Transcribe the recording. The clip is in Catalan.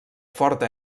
forta